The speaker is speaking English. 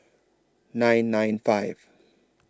nine nine five